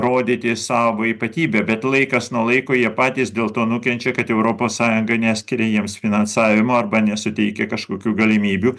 rodyti savo ypatybę bet laikas nuo laiko jie patys dėl to nukenčia kad europos sąjunga neskiria jiems finansavimo arba nesuteikia kažkokių galimybių